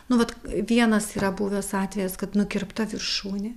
nu vat vienas yra buvęs atvejas kad nukirpta viršūnė